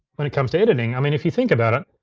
when it comes to editing? i mean, if you think about it,